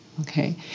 okay